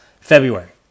February